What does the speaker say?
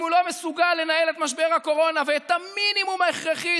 אם הוא לא מסוגל לנהל את משבר הקורונה ואת המינימום ההכרחי